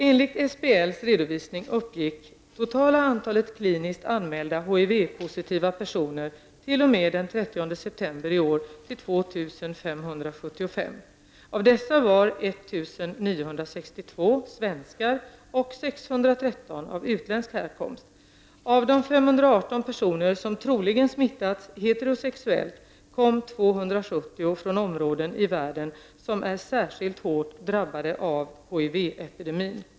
Enligt SBLs redovisning uppgick det totala antalet kliniskt anmälda HIV 2 575. Av dessa var 1 962 svenskar och 613 av utländsk härkomst. Av de 518 personer som troligen smittats heterosexuellt kom 270 personer från områden i världen som är särskilt hårt drabbade av HIV-epidemin.